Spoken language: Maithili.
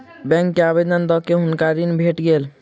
बैंक के आवेदन दअ के हुनका ऋण भेट गेल